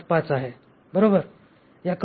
675 आहे बरोबर